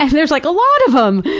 and there's like a lot of them!